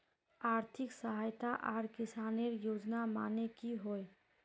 आर्थिक सहायता आर किसानेर योजना माने की होय?